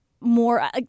more